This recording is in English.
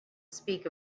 speak